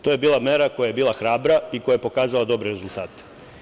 To je bila mera koja je bila hrabra i koja je pokazala prave rezultate.